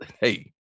hey